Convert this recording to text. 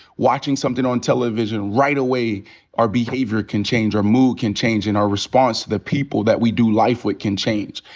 watching somethin' on television, right away our behavior can change, our mood can change and our response to the people that we do life with can change.